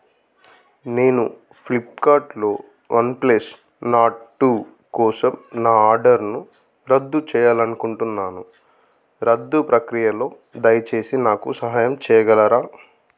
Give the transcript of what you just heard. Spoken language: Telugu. నేను ఫ్లిప్కార్ట్లో వన్ప్లస్ నార్డ్ టూ కోసం నా ఆర్డర్ను రద్దు చేయాలనుకుంటున్నాను రద్దు ప్రక్రియలో దయచేసి నాకు సహాయం చేయగలరా